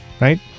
right